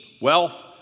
wealth